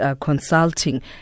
Consulting